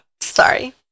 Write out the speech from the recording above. Sorry